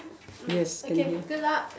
yes can hear